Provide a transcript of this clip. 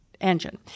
engine